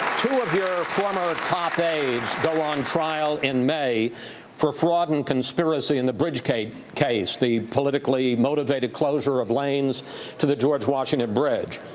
two of your ah former ah top aides go on trial in may for fraud and conspiracy in the bridge-gate case, the politically motivated closure of lanes to the george washington bridge.